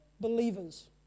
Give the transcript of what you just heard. believers